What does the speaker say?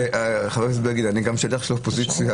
חבר הכנסת בגין, אני שליח של האופוזיציה